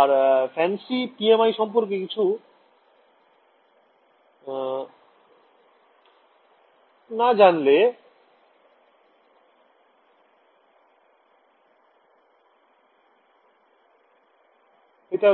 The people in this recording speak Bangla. আর fancy PMI সম্পর্কে কিছু না জানলে এটা